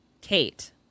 Kate